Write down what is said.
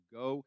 go